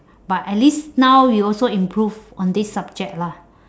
but at least now you also improved on this subject lah